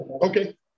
Okay